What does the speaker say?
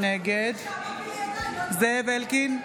נגד זאב אלקין,